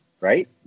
right